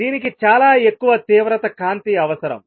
దీనికి చాలా ఎక్కువ తీవ్రత కాంతి అవసరం